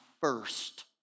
first